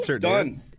Done